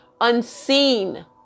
unseen